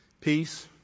peace